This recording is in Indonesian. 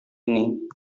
ini